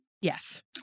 Yes